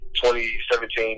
2017